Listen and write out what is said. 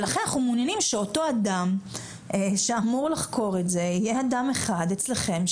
לכן אנחנו מעוניינים שאותו אדם שאמור לחקור את זה יהיה אדם אחד אצלכם,